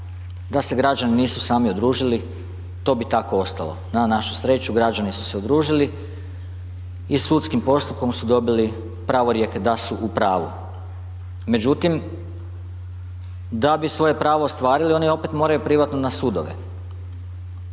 da se građani nisu sami udružili, to bi tako ostalo. Na našu sreću, građani su se udružili i sudskim postupkom su dobili pravorijek da su u pravu. Međutim, da bi svoje pravo ostvarili, oni opet moraju privatno na sudove.